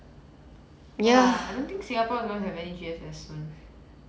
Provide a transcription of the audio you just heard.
!wah! I don't think singapore is gonna have any G_S_S soon